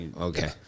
Okay